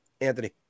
Anthony